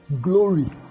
Glory